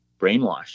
brainwashed